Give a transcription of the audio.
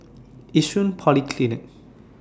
Yishun Polyclinic